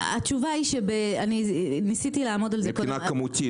מבחינה כמותית.